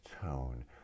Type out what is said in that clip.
tone